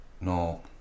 No